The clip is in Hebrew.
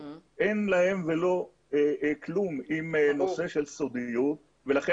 אין להם ולא כלום עם נושא של סודיות ולכן